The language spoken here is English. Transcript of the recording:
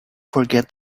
forget